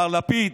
מר לפיד,